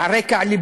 אבל אם אין רופאים?